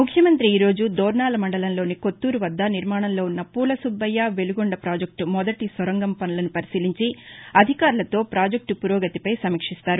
ముఖ్యమంతి ఈరోజు దోర్నాల మండలంలోని కొత్తూరు వద్ద నిర్మాణంలో ఉన్న పూలసుబ్బయ్య వెలుగొండ ప్రాజెక్టు మొదటిసొరంగం పనులను పరిశీలించి అధికారులతో పాజెక్టు పురోగతిపై సమీక్షిస్తారు